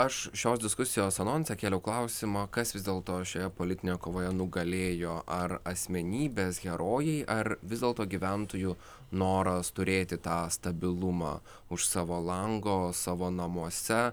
aš šios diskusijos anonse kėliau klausimą kas vis dėlto šioje politinėje kovoje nugalėjo ar asmenybės herojai ar vis dėlto gyventojų noras turėti tą stabilumą už savo lango savo namuose